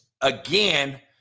again